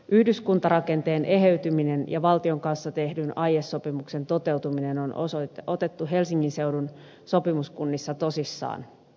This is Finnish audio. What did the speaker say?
yhdyskuntarakenteen eheytyminen ja valtion kanssa tehdyn aiesopimuksen toteutuminen on otettu helsingin seudun sopimuskunnissa tosissaan